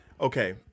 Okay